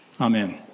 Amen